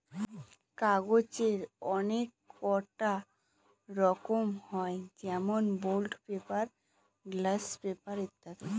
কাগজের অনেককটা রকম হয় যেমন বন্ড পেপার, গ্লাস পেপার ইত্যাদি